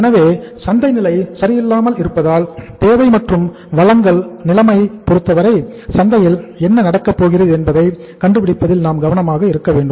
எனவே சந்தைநிலை சரியில்லாமல் இருப்பதால் தேவை மற்றும் வளங்கள் நிலைமையை பொறுத்தவரை சந்தையில் என்ன நடக்கப்போகிறது என்பதை கண்டுபிடிப்பதில் நாம் கவனமாக இருக்க வேண்டும்